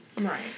right